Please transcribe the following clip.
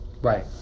right